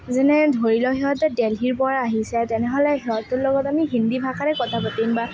যেনে ধৰি লওক সিহঁতে দিল্লীৰ পৰা আহিছে তেনেহ'লে সিহঁতৰ লগত আমি হিন্দী ভাষাৰে কথা পাতিম বা